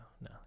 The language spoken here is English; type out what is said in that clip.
no